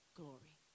glory